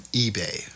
eBay